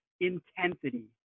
intensity